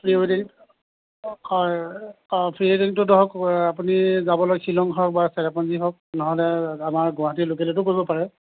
pre ৱেডিং হয় প্ৰি ৱেডিঙটো ধৰক আপুনি যাব লাগ শ্বিলং হওক বা চেৰাপুঞ্জী হওক নহ'লে আমাৰ গুৱাহাটীৰ লোকেল এৰিয়াটো কৰিব পাৰে